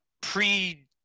pre